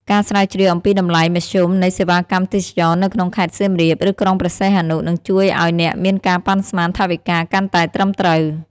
ការស្រាវជ្រាវអំពីតម្លៃមធ្យមនៃសេវាកម្មទេសចរណ៍នៅក្នុងខេត្តសៀមរាប ឬក្រុងព្រះសីហនុ នឹងជួយឱ្យអ្នកមានការប៉ាន់ស្មានថវិកាកាន់តែត្រឹមត្រូវ។